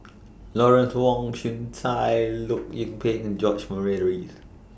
Lawrence Wong Shyun Tsai Loh Lik Peng and George Murray Reith